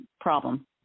problem